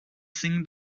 sing